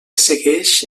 segueix